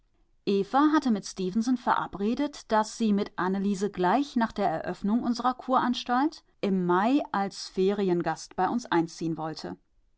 eva hatte mit stefenson verabredet daß sie mit anneliese gleich nach der eröffnung unserer kuranstalt im mai als feriengast bei uns einziehen wollte